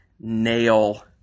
nail